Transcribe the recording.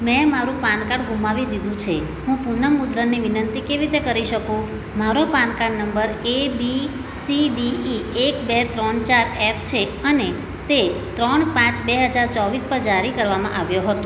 મેં મારું PAN card ગુમાવી દીધું છે હું પુન મુદ્રણની વિનંતી કેવી રીતે કરી શકું મારો PAN card number A B C D E એક બે ત્રણ ચાર એફ છે અને તે ત્રણ પાંચ બે હજાર ચોવીસ પર જારી કરવામાં આવ્યો હતો